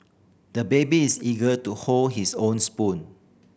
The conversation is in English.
the baby is eager to hold his own spoon